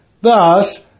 Thus